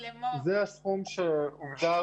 זה הסכום שהוגדר